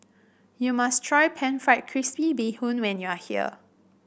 you must try pan fried crispy Bee Hoon when you are here